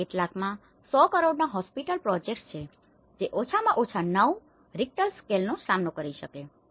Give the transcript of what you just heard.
અને કેટલાકમાં 100 કરોડના હોસ્પિટલ પ્રોજેક્ટ્સ છે જે ઓછામાં ઓછા 9 રિક્ટર સ્કેલનો સામનો કરી શકે છે